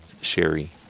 Sherry